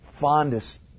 fondest